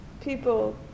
people